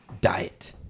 diet